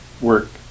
work